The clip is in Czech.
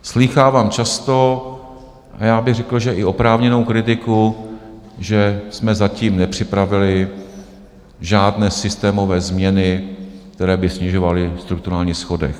Slýchávám často a já bych řekl, že i oprávněnou kritiku, že jsme zatím nepřipravili žádné systémové změny, které by snižovaly strukturální schodek.